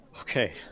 Okay